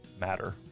matter